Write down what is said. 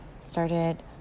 started